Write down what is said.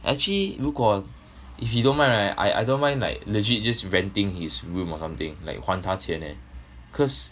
actually 如果 if he don't mind right I I don't mind like legit just renting his room or something like 还他钱 eh cause